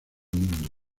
mundo